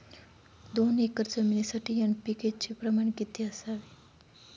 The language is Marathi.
दोन एकर जमीनीसाठी एन.पी.के चे प्रमाण किती असावे?